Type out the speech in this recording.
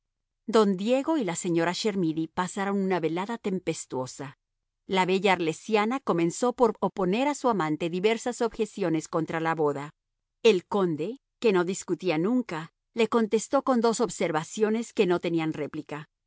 don diego y la señora chermidy pasaron una velada tempestuosa la bella arlesiana comenzó por oponer a su amante diversas objeciones contra la boda el conde que no discutía nunca le contestó con dos observaciones que no tenían réplica